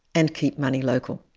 and keep money local.